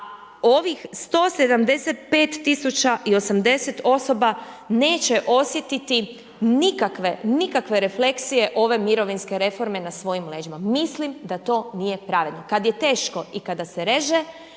i 80 osoba neće osjetiti nikakve, nikakve refleksije ove mirovinske reforme na svojim leđima. Mislim da to nije pravedno. Kada je teško i kada se reže